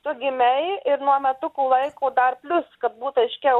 tu gimei ir nuo metukų laiko dar plius kad būtų aiškiau